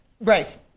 right